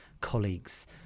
colleagues